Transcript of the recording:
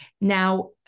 Now